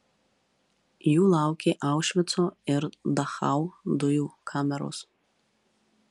jų laukė aušvico ir dachau dujų kameros